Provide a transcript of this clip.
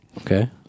Okay